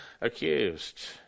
accused